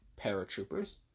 paratroopers